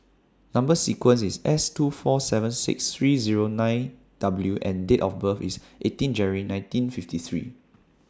Number sequence IS S two four seven six three Zero nine W and Date of birth IS eighteen January nineteen fifty three